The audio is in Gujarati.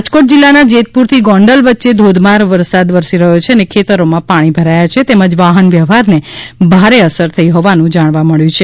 રાજકોટ જિલ્લાના જેતપુરથી ગોંડલ વચ્ચે ધોધમાર વરસાદ વરસી રહ્યો છે અને ખેતરોમાં પાણી ભરાયા છે તેમજ વાહન વ્યવહારને ભારે અસર થઇ હોવાનું જાણવા મળે છે